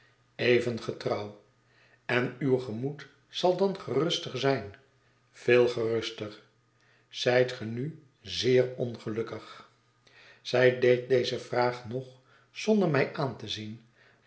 even getrouw en uw gemoed zal dan geruster zijn veel geruster zijt ge nu zeer ongelukkig zij deed deze vraag nog zonder mij aan te zien